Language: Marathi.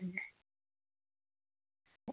बरं बरं ठीक आहे ठीक आहे